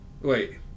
Wait